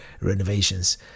renovations